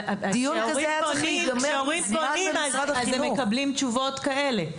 אבל כשההורים פונים, הם מקבלים תשובות כאלה,